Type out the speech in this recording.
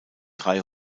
drei